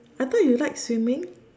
I thought you like swimming